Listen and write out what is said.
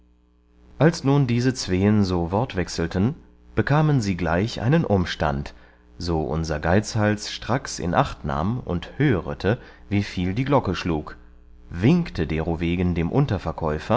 als nun diese zween so wortwechselten bekamen sie gleich einen umstand so unser geizhals stracks in acht nahm und hörete wieviel die glocke schlug winkte derowegen dem